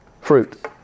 Fruit